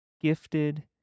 gifted